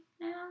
now